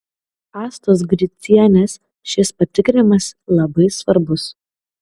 astos gricienės šis patikrinimas labai svarbus